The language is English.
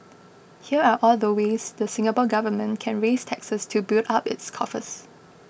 here are all the ways the Singapore Government can raise taxes to build up its coffers